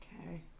Okay